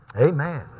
Amen